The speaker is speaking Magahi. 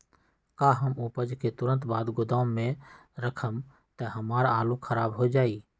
का हम उपज के तुरंत बाद गोदाम में रखम त हमार आलू खराब हो जाइ?